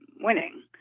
winning